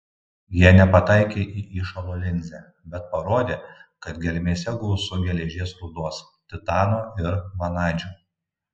jie nepataikė į įšalo linzę bet parodė kad gelmėse gausu geležies rūdos titano ir vanadžio